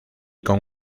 con